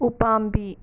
ꯎ ꯄꯥꯝꯕꯤ